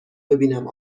ببینم